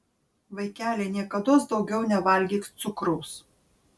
vaikeli niekados daugiau nevalgyk cukraus